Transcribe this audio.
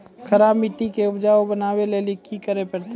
खराब मिट्टी के उपजाऊ बनावे लेली की करे परतै?